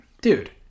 Dude